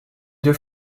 deux